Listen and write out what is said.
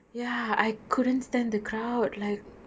ya I couldn't stand the crowd like